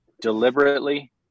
deliberately